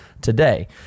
today